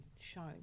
shown